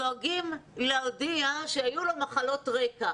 דואגים להודיע שהיו לו מחלות רקע.